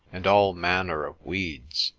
and all manner of weeds,